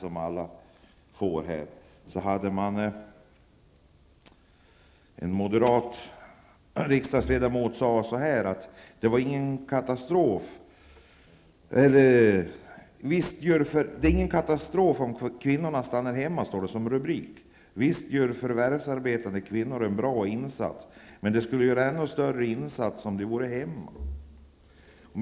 I rubriken till tidningsartikeln står det: ''Ingen katastrof om kvinnor stannar hemma.'' Den moderata ledamoten hade enligt tidningen sagt: ''Visst gör förvärvsarbetande kvinnor en bra insats. Men de skulle göra ännu större insats om de vore hemma.''